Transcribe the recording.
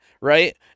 right